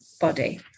body